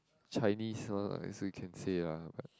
Chinese one I still can say ah but